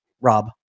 rob